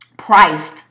priced